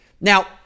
Now